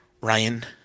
Ryan